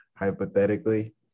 Hypothetically